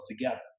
together